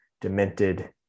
demented